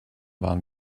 waren